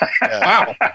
wow